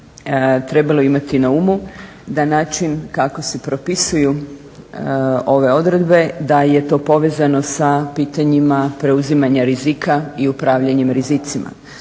trebalo imati na umu da način kako se propisuju ove odredbe, da je to povezano sa pitanjima preuzimanja rizika i upravljanjem rizicima,